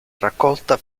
raccolta